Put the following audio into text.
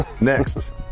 Next